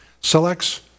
selects